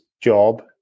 job